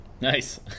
Nice